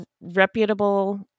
reputable